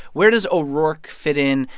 where does o'rourke fit in?